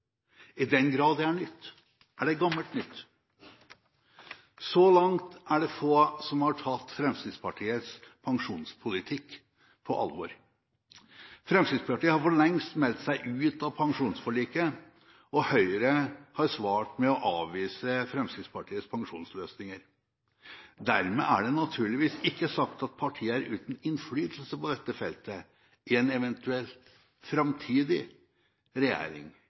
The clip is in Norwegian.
I den grad det er nytt, er det gammelt nytt. Så langt er det få som har tatt Fremskrittspartiets pensjonspolitikk på alvor. Fremskrittspartiet har for lengst meldt seg ut av pensjonsforliket, og Høyre har svart med å avvise Fremskrittspartiets pensjonsløsninger. Dermed er det naturligvis ikke sagt at partiet er uten innflytelse på dette feltet i en eventuell framtidig regjering,